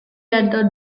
entered